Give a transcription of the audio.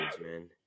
man